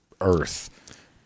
earth